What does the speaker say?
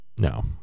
No